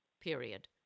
period